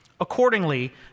Accordingly